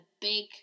big